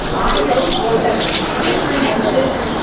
i hope, both as a consumer and a physician,